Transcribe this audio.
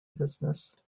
business